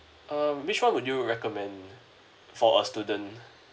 um which one would you recommend for a student